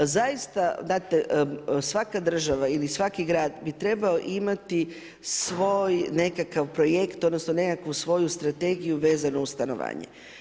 Zaista znate svaka država ili svaki grad bi trebao imati svoj nekakav projekt, odnosno nekakvu svoju strategiju vezano uz stanovanje.